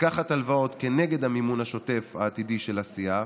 לקחת הלוואות כנגד המימון השוטף העתידי של הסיעה,